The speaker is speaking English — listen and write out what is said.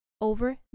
over